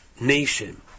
nation